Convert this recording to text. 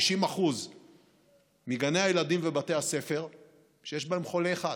90% מגני הילדים ובתי הספר שיש בהם חולה אחד.